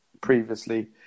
previously